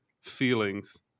feelings